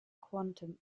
quantum